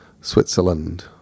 Switzerland